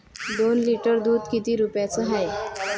दोन लिटर दुध किती रुप्याचं हाये?